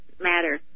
matter